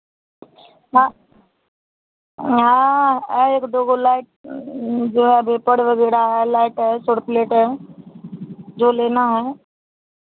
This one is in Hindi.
हाँ हाँ है एक दो गो लाइट जो है भेपर वगैरह है लाइट है सौर प्लेट है जो लेना है